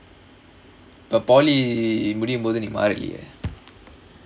but polytechnic முடியும்போது நீ மாறுவியே:mudiyumpothu nee maruviyae